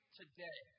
today